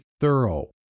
thorough